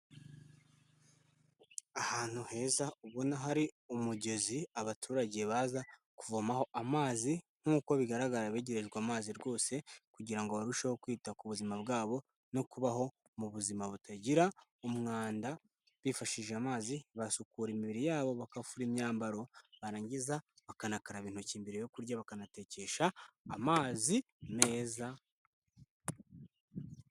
Ahantu heza ubona hari umugezi abaturage baza kuvomaho amazi, nk'uko bigaragara begerejwe amazi rwose kugira ngo barusheho kwita ku buzima bwabo no kubaho mu buzima butagira umwanda, bifashishije amazi basukura imibiri yabo, bagafura imyambaro, barangiza bakanakaraba intoki mbere yo kurya, bakanatekesha amazi meza.